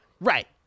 right